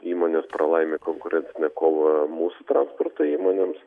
įmonės pralaimi konkurencinę kovą mūsų transporto įmonėms